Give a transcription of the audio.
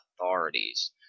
authorities